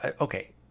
okay